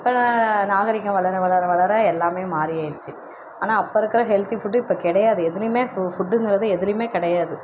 இப்போ நாகரிகம் வளர வளர வளர எல்லாமே மாறிடுச்சி ஆனால் அப்போ இருக்கிற ஹெல்தி ஃபுட்டு இப்போ கிடையாது எதுலேயுமே ஃபு ஃபுட்டுங்கிறது எதுயுலமே கிடையாது